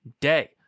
day